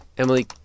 Emily